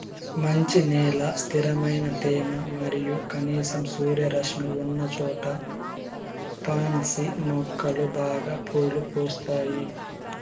మంచి నేల, స్థిరమైన తేమ మరియు కనీసం సూర్యరశ్మి ఉన్నచోట పాన్సి మొక్కలు బాగా పూలు పూస్తాయి